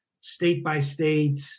state-by-state